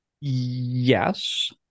Yes